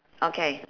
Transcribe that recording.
okay